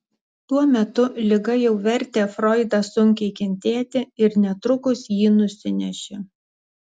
tuo metu liga jau vertė froidą sunkiai kentėti ir netrukus jį nusinešė